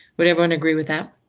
would everyone agree with that?